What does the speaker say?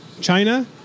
China